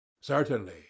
Certainly